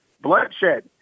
Bloodshed